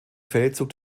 feldzug